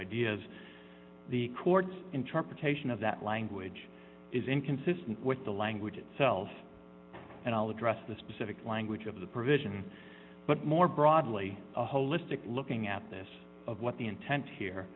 ideas the court's interpretation of that language is inconsistent with the language itself and i'll address the specific language of the provision but more broadly a holistic looking at this of what the intent here